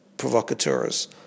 Provocateurs